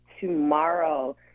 tomorrow